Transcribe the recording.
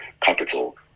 capital